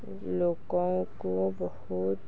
ଲୋକଙ୍କୁ ବହୁତ